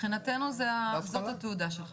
מבחינתי זאת התעודה שלך.